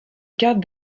cas